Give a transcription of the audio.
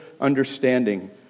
understanding